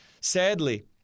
Sadly